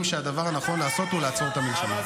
שהדבר הנכון לעשות זה לעצור את המלחמה.